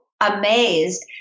amazed